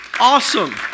Awesome